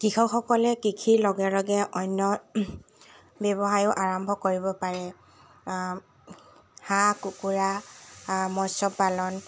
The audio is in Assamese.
কৃষকসকলে কৃষিৰ লগে লগে অন্য ব্যৱসায়ো আৰম্ভ কৰিব পাৰে হাঁহ কুকুৰা মৎস্যপালন